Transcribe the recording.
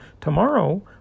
tomorrow